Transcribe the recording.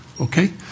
okay